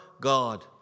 God